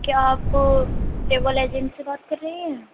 کیا آپ travel agency سے بات کر رہی ہیں